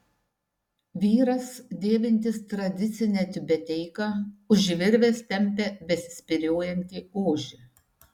vyras dėvintis tradicinę tiubeteiką už virvės tempia besispyriojantį ožį